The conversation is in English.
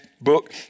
book